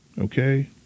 Okay